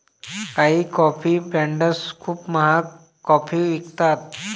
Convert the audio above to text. काही coffee brands खूप महाग कॉफी विकतात